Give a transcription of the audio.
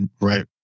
right